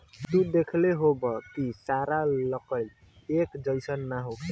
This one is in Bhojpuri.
तू देखले होखबऽ की सारा लकड़ी एक जइसन ना होखेला